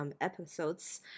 episodes